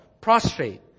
prostrate